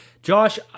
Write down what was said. Josh